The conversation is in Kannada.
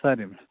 ಸರಿ ಮೇಡಮ್